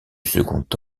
second